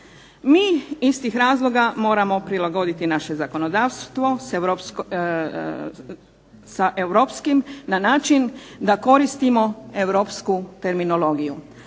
Mi iz tih razloga moramo prilagoditi naše zakonodavstvo sa europskim na način da koristimo europsku terminologiju